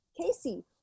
Casey